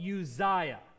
Uzziah